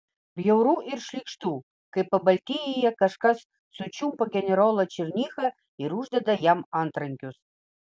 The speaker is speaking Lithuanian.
bjauru ir šlykštu kai pabaltijyje kažkas sučiumpa generolą černychą ir uždeda jam antrankius